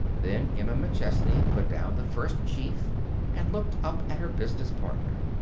then emma mcchesney put down the first sheaf and looked up at her business partner.